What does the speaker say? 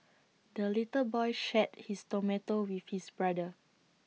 the little boy shared his tomato with his brother